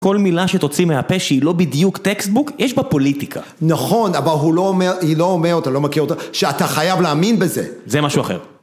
כל מילה שתוציא מהפה שהיא לא בדיוק טקסטבוק, יש בה פוליטיקה. נכון, אבל היא לא אומרת, לא מכיר אותה, שאתה חייב להאמין בזה. זה משהו אחר.